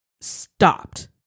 stopped